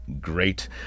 Great